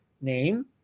name